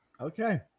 Okay